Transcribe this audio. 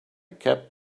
kept